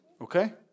okay